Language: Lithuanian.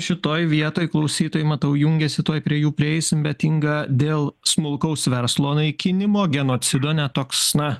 šitoj vietoj klausytojai matau jungiasi tuoj prie jų prieisim bet inga dėl smulkaus verslo naikinimo genocido net toks na